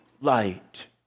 light